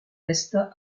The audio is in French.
resta